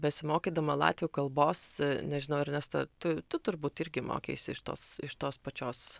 besimokydama latvių kalbos nežinau ernesta tu tu turbūt irgi mokeisi iš tos iš tos pačios